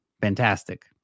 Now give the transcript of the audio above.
fantastic